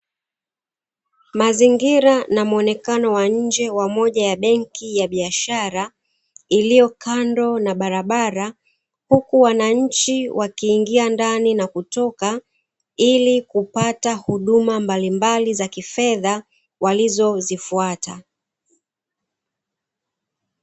Mazingira na muonekano wa nje wa moja ya benki ya biashara, iliyo kando na barabara huku wananchi wakiingia ndani na kutoka ili kupata huduma mbalimbali za kifedha walizozifuata.